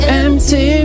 empty